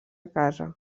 casa